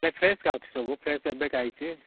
ନାଇ ଫ୍ରେସ୍ ଏକା ଅଛି ସବୁ ଫ୍ରେସ୍ ଏବେକା ଆଇଛି